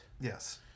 Yes